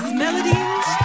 melodies